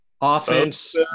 Offense